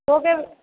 તો કેમ